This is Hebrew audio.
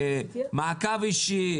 מעקב אישי?